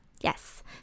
yes